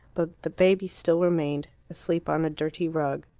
but the baby still remained, asleep on a dirty rug.